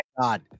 God